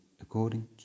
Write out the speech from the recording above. according